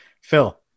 Phil